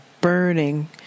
burning